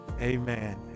Amen